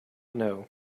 know